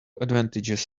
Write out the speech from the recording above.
advantages